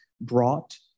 brought